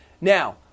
Now